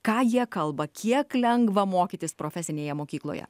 ką jie kalba kiek lengva mokytis profesinėje mokykloje